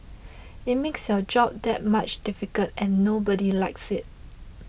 it makes your job that much difficult and nobody likes it